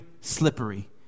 slippery